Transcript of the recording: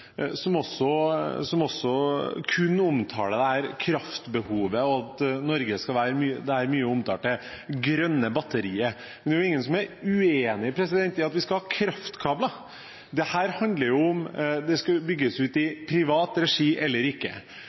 som også kun omtaler kraftbehovet, og at Norge skal være det mye omtalte grønne batteriet. Men det er jo ingen som er uenig i at vi skal ha kraftkabler. Dette handler om hvorvidt det skal bygges ut i privat regi eller ikke.